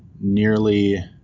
nearly